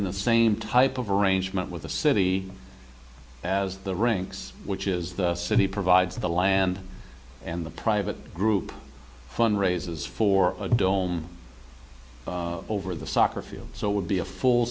in the same type of arrangement with the city as the ranks which is the city provides the land and the private group fundraisers for a dome over the soccer field so it would be a full